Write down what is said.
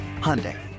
Hyundai